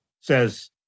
says